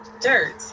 dirt